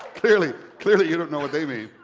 clearly clearly you don't know what they mean.